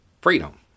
freedom